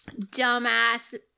dumbass